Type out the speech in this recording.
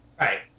Right